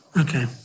Okay